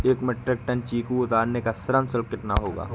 एक metric tonne चीकू उतारने का श्रम शुल्क कितना होगा?